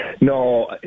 No